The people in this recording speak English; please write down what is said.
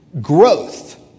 growth